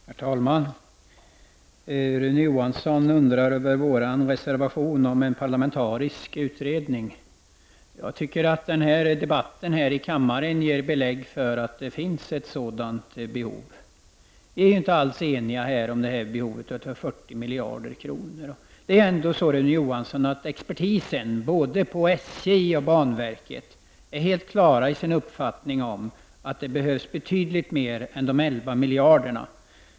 Herr talman! Rune Johansson undrar över vår reservation om en parlamentarisk utredning. Jag tycker att debatten här har gett belägg för att det finns ett sådant behov. Vi är inte alls eniga om behovet av 40 miljarder. Det är ändå så att experterna både inom SJ och inom banverket är helt klara i sin uppfattning om att det behövs betydligt mer än de 11 miljarderna.